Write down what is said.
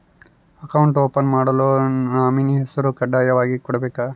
Account open ಮಾಡಲು nominee ಹೆಸರು ಕಡ್ಡಾಯವಾಗಿ ಕೊಡಬೇಕಾ?